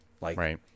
Right